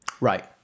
Right